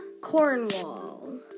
Cornwall